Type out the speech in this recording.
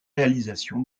réalisation